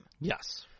Yes